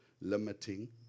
limiting